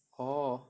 orh